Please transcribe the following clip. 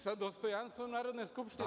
Sa dostojanstvom Narodne skupštine?